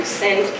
send